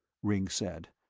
ringg said,